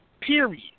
Period